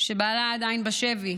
שבעלה עדיין בשבי,